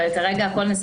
וכרגע כל נושא